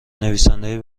نویسنده